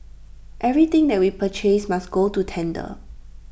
everything that we purchase must go to tender